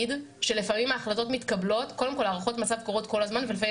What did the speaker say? קודם כל הערכות מצב קורות כל הזמן ולפעמים